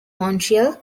montreal